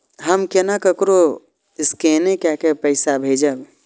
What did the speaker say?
हम केना ककरो स्केने कैके पैसा भेजब?